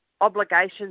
obligations